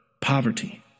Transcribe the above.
poverty